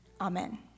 Amen